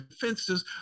defenses